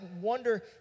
wonder